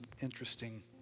interesting